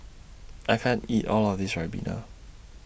I can't eat All of This Ribena